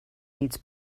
needs